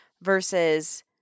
versus